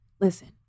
listen